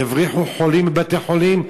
יבריחו חולים מבתי-חולים?